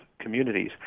communities